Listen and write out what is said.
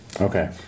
Okay